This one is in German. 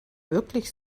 wirklich